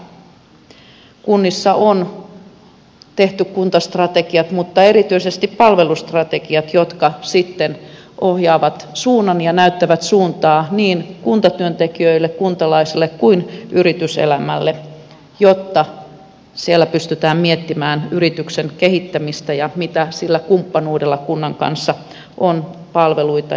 kunnissa on tehty kuntastrategiat mutta erityisesti palvelustrategiat jotka sitten ohjaavat suunnan ja näyttävät suuntaa niin kuntatyöntekijöille kuntalaisille kuin yrityselämälle jotta siellä pystytään miettimään yrityksen kehittämistä ja sitä mitä palveluita sillä kumppanuudella kunnan kanssa on järjestettävissä